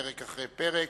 פרק אחרי פרק.